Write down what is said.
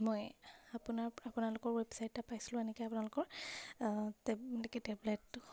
মই আপোনাৰ আপোনালোকৰ ৱেবছাইট এটা পাইছিলোঁ এনেকৈ আপোনালোকৰ এনেকৈ টেবলেটটো